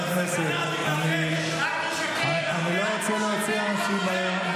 אם אתה רוצה לשמוע רמטכ"ל,